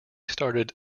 started